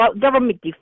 government